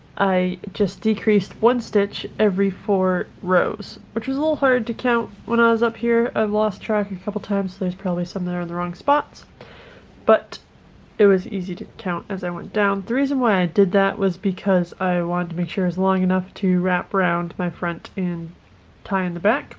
i just decreased one stitch every four rows which was a little hard to count when i was up here i've lost track a and couple times there's probably some that are in the wrong spots but it was easy to count as i went down threes and why i did that was because i wanted to make sure is long enough to wrap around my front and tie in the back